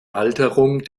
alterung